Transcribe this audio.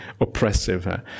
oppressive